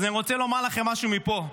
אז אני רוצה לומר לכם משהו מפה: